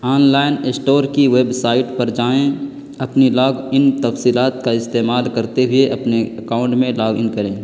online store کی website پر جائیں اپنی لاگن تفصیلات کا استعمال کرتے ہوئے اپنے اکاؤنٹ میں لاگن کریں